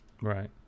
Right